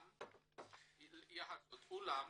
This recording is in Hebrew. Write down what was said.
אולם,